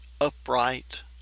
upright